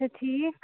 اَچھا ٹھیٖک